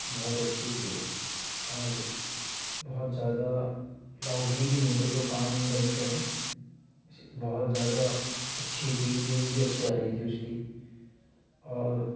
بہت اچھی تھی وہ اور بہت زیادہ لاؤڈلی بھی نہیں تھا جو کان درد کرے بہت زیادہ اچھی تھی بیس بھی اچھی آ رہی تھی اس کی اور